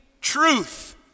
truth